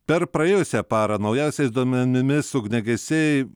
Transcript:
per praėjusią parą naujausiais duomenimis ugniagesiai